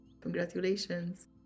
Congratulations